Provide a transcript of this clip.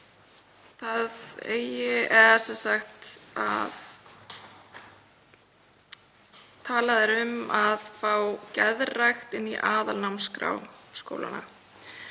þ.e. að talað er um að fá geðrækt inn í aðalnámskrá skólanna.